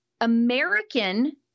American